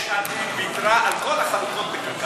יש עתיד ויתרה על כל החלוקות לקק"ל.